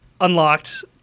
unlocked